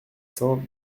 cents